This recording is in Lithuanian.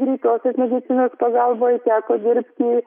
greitosios medicinos pagalboj teko dirbti